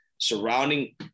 Surrounding